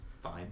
fine